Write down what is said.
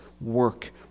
work